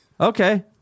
Okay